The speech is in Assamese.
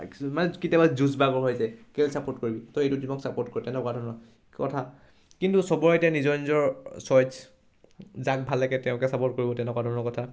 মানে কেতিয়াবা যুঁজ বাগৰ হৈ যায় খেল চাপৰ্ট কৰি তই ইটো টিমক চাপৰ্ট কৰ তেনেকুৱা ধৰণৰ কথা কিন্তু চবৰে এতিয়া নিজৰ নিজৰ ছইছ যাক ভাল লাগে তেওঁলোকে ছাপৰ্ট কৰিব তেনেকুৱা ধৰণৰ কথা